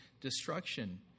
destruction